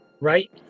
right